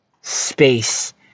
space